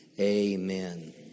Amen